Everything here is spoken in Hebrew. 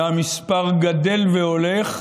והמספר גדל והולך,